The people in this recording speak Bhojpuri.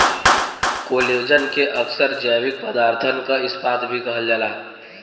कोलेजन के अक्सर जैविक पदारथन क इस्पात भी कहल जाला